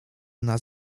nas